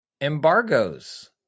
embargoes